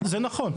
נכון.